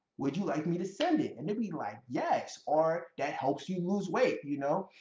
would you like me to send it? and they'll be like, yes. or that helps you lose weight. you know